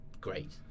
great